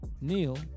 Neil